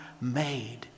made